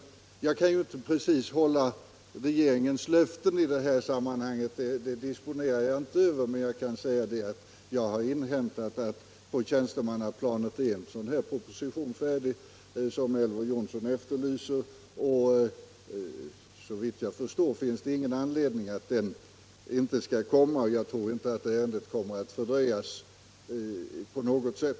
Jag kan inte precis svara för regeringens löften i detta sammanhang — sådana möjligheter disponerar jag inte över — men jag kan säga att jag har inhämtat på tjänstemannaplanet att en sådan proposition är färdig som Elver Jonsson efterlyste. Såvitt jag förstår finns det ingen anledning att tro att propositionen inte skall läggas fram. Jag tror inte heller att ärendet kommer att fördröjas på något sätt.